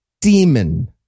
Demon